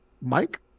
Mike